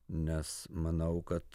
nes manau kad